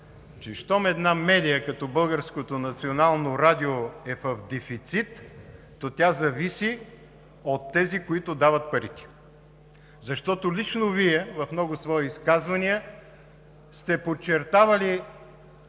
национално радио е в дефицит, то тя зависи от тези, които дават парите, защото лично Вие в много свои изказвания сте подчертавали